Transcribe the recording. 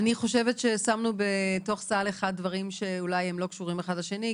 אני חושבת ששמנו בסל אחד דברים שאולי לא קשורים אחד לשני,